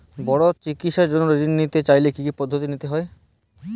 বড় চিকিৎসার জন্য ঋণ নিতে চাইলে কী কী পদ্ধতি নিতে হয়?